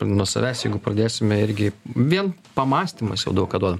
ir nuo savęs jeigu pradėsime irgi vien pamąstymas jau daug ką duoda